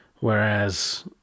Whereas